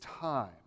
time